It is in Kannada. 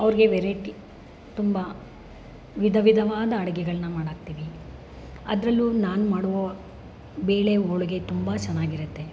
ಅವ್ರಿಗೆ ವೆರೈಟಿ ತುಂಬ ವಿಧವಿಧವಾದ ಅಡುಗೆಗಳನ್ನ ಮಾಡಾಕ್ತೀನಿ ಅದರಲ್ಲೂ ನಾನು ಮಾಡುವ ಬೇಳೆ ಹೋಳ್ಗೆ ತುಂಬ ಚೆನ್ನಾಗಿರುತ್ತೆ